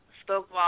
spoke